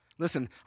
Listen